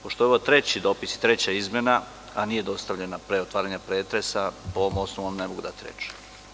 Pošto je ovo treći dopis i treća izmena, a nije dostavljena pre otvaranja pretresa, po ovom osnovu vam ne mogu dati reč.